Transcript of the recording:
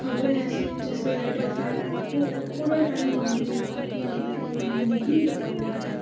खबरें ऐसी है जैसे रेड एफ एम वह पूरे टाइम हमें जयपुर के खबरों बारे में ही बताता है